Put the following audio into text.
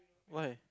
why